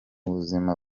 buzima